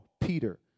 Peter